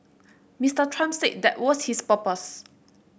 Mister Trump said that was his purpose